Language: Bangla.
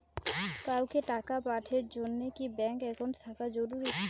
কাউকে টাকা পাঠের জন্যে কি ব্যাংক একাউন্ট থাকা জরুরি?